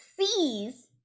sees